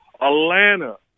Atlanta